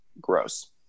gross